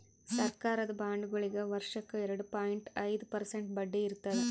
ಸರಕಾರದ ಬಾಂಡ್ಗೊಳಿಗ್ ವರ್ಷಕ್ಕ್ ಎರಡ ಪಾಯಿಂಟ್ ಐದ್ ಪರ್ಸೆಂಟ್ ಬಡ್ಡಿ ಇರ್ತದ್